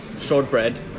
shortbread